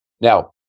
Now